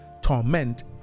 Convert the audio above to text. torment